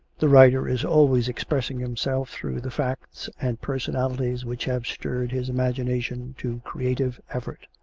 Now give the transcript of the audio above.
the writer is always expressing himself through the facts and personalities which have stirred his imagination to creative effort.